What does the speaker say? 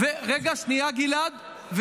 רגע, שנייה, גלעד.